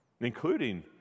including